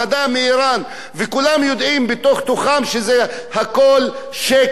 וכולם יודעים בתוך תוכם שהכול שקר אחד גדול.